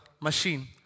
machine